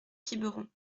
quiberon